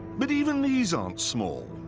but even these aren't small.